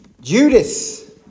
Judas